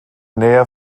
nähe